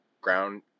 ground